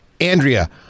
andrea